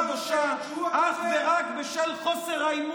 קובע אף הוא מפורשות שהשר הנוסף יפעל באופן עצמאי לחלוטין.